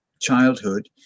Childhood